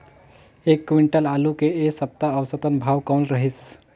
एक क्विंटल आलू के ऐ सप्ता औसतन भाव कौन रहिस?